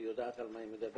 היא יודעת על מה היא מדברת.